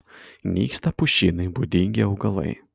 nyksta pušynui būdingi augalai